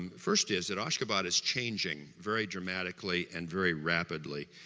um first is, that ashgabat is changing very dramatically, and very rapidly